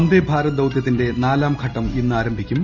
വന്ദേ ഭാരത് ദൌത്യത്തിന്റെ നാലും പ്ലെട്ടം ഇന്ന് ആരംഭിക്കും